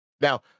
Now